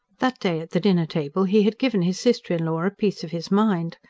that day at the dinner-table he had given his sister-in-law a piece of his mind.